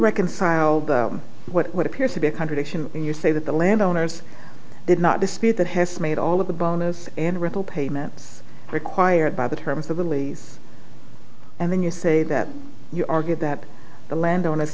reconcile what appears to be a contradiction in your say that the landowners did not dispute that has made all of the bonus and rental payments required by the terms of the lease and then you say that you argue that the landowners